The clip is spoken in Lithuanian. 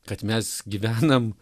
kad mes gyvenam